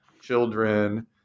children